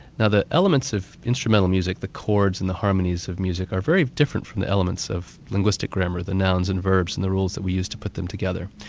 now the elements of instrumental music, the chords and the harmonies of music are very different from the elements of linguistic grammar, the nouns, the and verbs and the rules that we use to put them together.